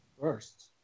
first